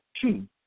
two